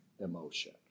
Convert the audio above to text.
emotion